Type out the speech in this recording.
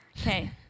Okay